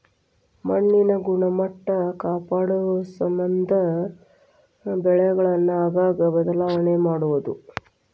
ಮಣ್ಣಿನ ಗುಣಮಟ್ಟಾ ಕಾಪಾಡುಸಮಂದ ಬೆಳೆಗಳನ್ನ ಆಗಾಗ ಬದಲಾವಣೆ ಮಾಡುದು